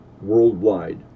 worldwide